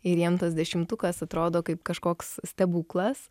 ir jiem tas dešimtukas atrodo kaip kažkoks stebuklas